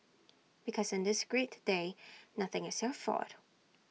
because on this great day nothing is your fault